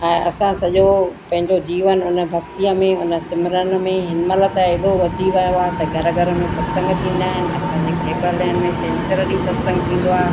ऐं असां सॼो पंहिंजो जीवन उन भक्तिअ में उन सिमरन में हिन महिल त अहिड़ो वधी वियो आहे त घर घर में सतसंग थींदा आहिनि असांजे खेबर लाइन में छंछरु ॾींहुं सतसंगु थींदो आहे